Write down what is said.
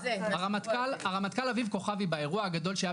הרמטכ"ל אביב כוכבי באירוע הגדול שהיה